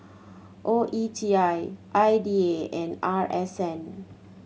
O E T I I D A and R S N